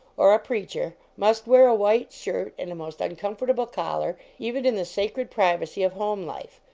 or a preacher, must wear a white shirt and a most uncomfortable collar, even in the sacred privacy of home life.